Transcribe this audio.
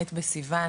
ח' בסיון